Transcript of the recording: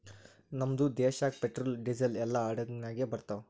ನಮ್ದು ದೇಶಾಗ್ petrol, diesel ಎಲ್ಲಾ ಹಡುಗ್ ನಾಗೆ ಬರ್ತಾವ್